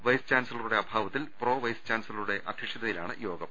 vice ചാൻസലറുടെ അഭാവത്തിൽ pro vice ചാൻസ ലരുടെ അധ്യക്ഷതയിലാണ് യോഗം